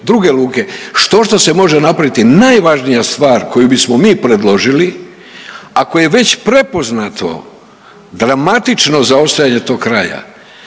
druge luke. Štošta se može napraviti. Najvažnija stvar koju bismo mi predložili a koje je već prepoznato dramatično zaostajanje tog kraja